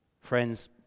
Friends